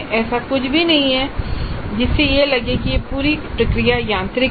ऐसा कुछ भी नहीं है जिससे यह लगे कि पूरी प्रक्रिया बहुत यांत्रिक है